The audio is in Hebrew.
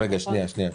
שנייה.